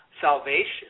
salvation